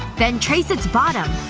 then trace its bottom.